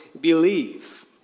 believe